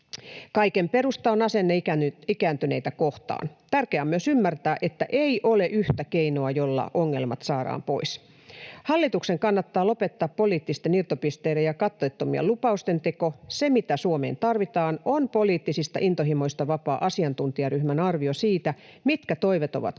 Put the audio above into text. Kaiken perusta on asenne ikääntyneitä kohtaan. Tärkeää on myös ymmärtää, että ei ole yhtä keinoa, jolla ongelmat saadaan pois. Hallituksen kannattaa lopettaa poliittisten irtopisteiden ja katteettomien lupausten teko. Se, mitä Suomeen tarvitaan, on poliittisista intohimoista vapaa asiantuntijaryhmän arvio siitä, mitkä toimet ovat